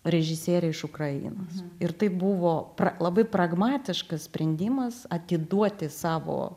režisierė iš ukrainos ir tai buvo labai pragmatiškas sprendimas atiduoti savo